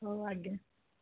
ହଉ ଆଜ୍ଞା